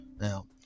now